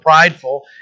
prideful